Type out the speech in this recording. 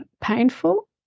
painful